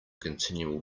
continual